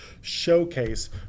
showcase